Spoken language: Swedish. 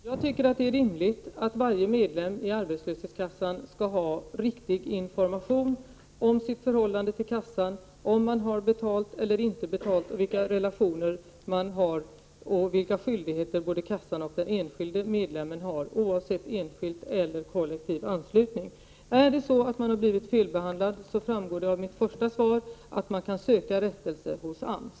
Herr talman! Jag tycker det är rimligt att varje medlem i arbetslöshetskassan skall ha riktig information om sitt förhållande till kassan — huruvida man har betalt avgiften eller inte betalt den, vilka relationerna är och vilka skyldigheter både kassan och medlemmen har, oavsett enskild eller kollektiv anslutning. Det framgår av mitt interpellationssvar att om man har blivit felbehandlad kan man söka rättelse hos AMS.